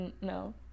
No